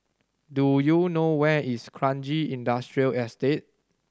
do you know where is Kranji Industrial Estate